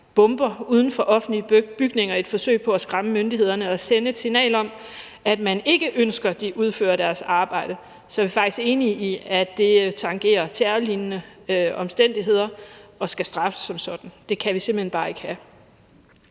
bomber uden for offentlige bygninger i et forsøg på at skræmme myndighederne og sende et signal om, at man ikke ønsker, at de udfører deres arbejde, så er vi faktisk enige i, at det tangerer terrorlignende omstændigheder og skal straffes som sådan. Det kan vi simpelt hen bare ikke have.